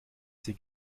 sie